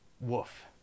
woof